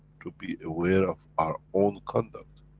to be aware of our own conduct.